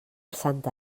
santa